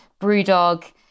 Brewdog